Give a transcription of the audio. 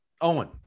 Owen